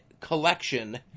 collection